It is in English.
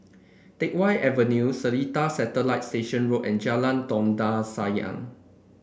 Teck Whye Avenue Seletar Satellite Station Road and Jalan Dondang Sayang